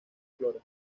flora